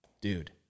Dude